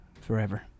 forever